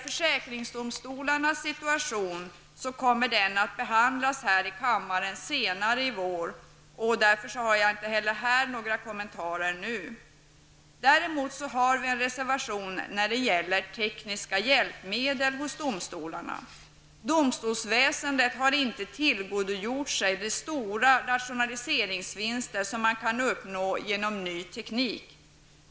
Försäkringsdomstolarnas situation kommer att behandlas här i kammaren senare i vår. Därför har jag inte heller här några kommenterar nu. Däremot har vi skrivit en reservation om tekniska hjälpmedel hos domstolarna. Domstolsväsendet har inte tillgodogjort sig de stora rationaliseringsvinster som man kan uppnå genom ny teknik.